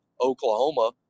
Oklahoma